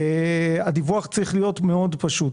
הדיווח צריך להיות מאוד פשוט.